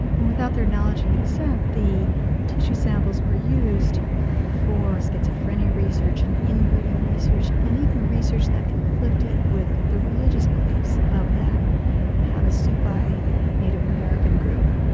and without their knowledge and consent, the tissue samples were used for schizophrenia research, and in-breeding research, and even research that conflicted with the religious beliefs of that havasupai native american group,